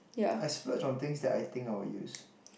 I splurged on things that I think I'll use